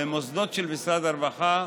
במוסדות של משרד הרווחה,